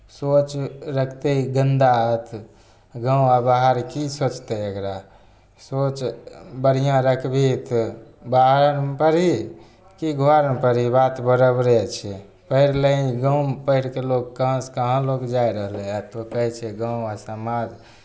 सोच रखतै गन्दा अ गाँव आ बाहर की सोचतै एकरा सोच बढ़िआँ रखबिही तऽ बाहरेमे पढ़ही कि घरमे पढ़ही बात बराबरे छै पढ़ि लही गाँवमे पढ़ि कऽ लोग कहाँसँ कहाँ लोग जाय रहलै आ तू कहै छिही गाँव आ समाज